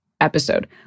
episode